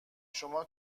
شما